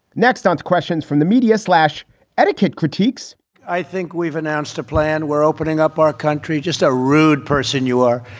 next onto questions from the media slash etiquette critiques i think we've announced a plan. we're opening up our country. just a rude person. you are.